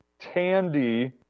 Tandy